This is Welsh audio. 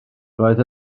roedd